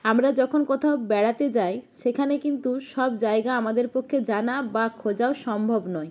আমরা যখন কোথাও বেড়াতে যাই সেখানে কিন্তু সব জায়গা আমাদের পক্ষে জানা বা খোঁজাও সম্ভব নয়